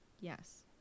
Yes